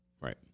right